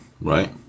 right